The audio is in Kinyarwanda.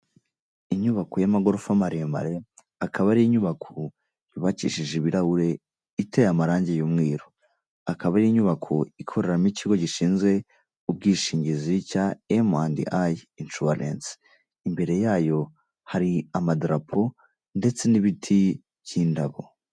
Inyubako y'amagorofa maremare akaba ari inyubako yubakishije ibirahure, iteye amarangi y'umweru, akaba ari inyubako ikoreramo ikigo gishinzwe ubwishingizi cya emu andi ayi insuwarenci, imbere yayo hari amadarapo ndetse n'ibiti by'indabo.